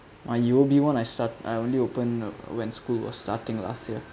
my U_O_B one I start I only open when school was starting last year